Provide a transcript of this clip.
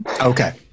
Okay